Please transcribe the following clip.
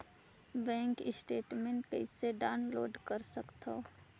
Bank statement कइसे download कर सकथव?